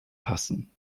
passen